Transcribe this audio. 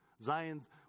Zion's